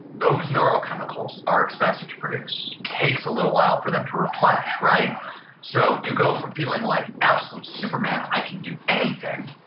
those neurochemicals are expensive to produce. it takes a little while for them to replenish. so you go from feeling like absolute superman, i can do anything,